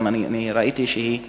וראיתי שהיא נשאלה: